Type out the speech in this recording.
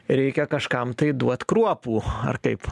reikia kažkam tai duot kruopų ar kaip